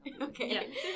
Okay